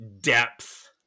depth